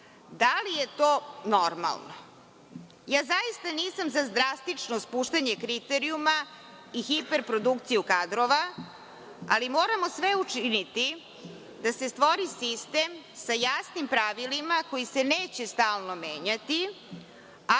Da li je to normalno? Zaista nisam za drastično spuštanje kriterijuma i hiper produkciju kadrova, ali moramo sve učiniti da se stvori sistem sa jasnim pravilima koji se neće stalno menjati,